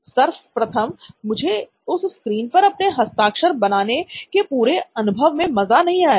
सर्वप्रथम मुझे उस स्क्रीन पर अपने हस्ताक्षर बनाने के पूरे अनुभव में मजा नहीं आया